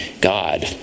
God